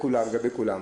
אתה מקבל לגבי כולם.